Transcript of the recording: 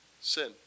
sin